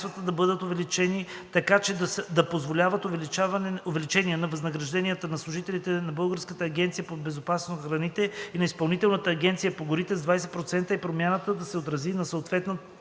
да бъдат увеличени така, че да позволят увеличение на възнагражденията на служителите от Българската агенция по безопасност на храните и на Изпълнителната агенция по горите с 20 % и промяната да се отрази на съответните